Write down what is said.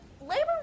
labor